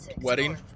Wedding